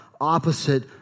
opposite